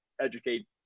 educate